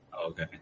okay